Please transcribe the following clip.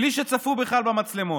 בלי שצפו בכלל במצלמות.